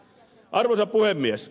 arvoisa puhemies